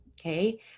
Okay